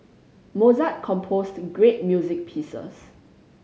Mozart composed great music pieces